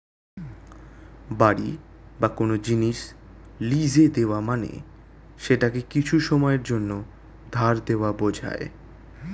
বাড়ি বা কোন জিনিস লীজে দেওয়া মানে সেটাকে কিছু সময়ের জন্যে ধার দেওয়া বোঝায়